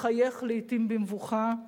מחייך לעתים במבוכה,